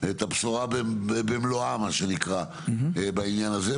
הבשורה במלואה בעניין הזה.